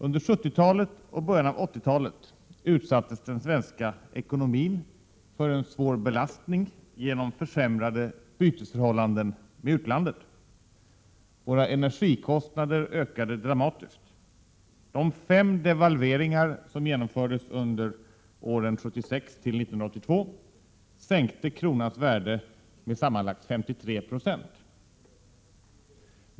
Under 70-talet och i början av 80-talet utsattes den svenska ekonomin för en svår belastning genom försämrade bytesförhållanden med utlandet. Våra energikostnader ökade dramatiskt. De fem devalveringar som genomfördes under åren 1976-1982 sänkte kronans värde med sammanlagt 53 90.